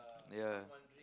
ya